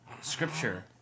scripture